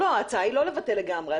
ההצעה היא לא לבטל לגמרי.